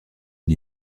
une